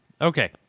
Okay